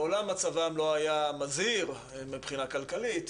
מעולם מצבם לא היה מזהיר מבחינה כלכלית,